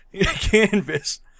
canvas